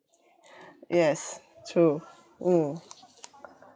yes true mm